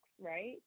right